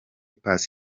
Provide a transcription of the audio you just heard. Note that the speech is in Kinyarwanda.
pass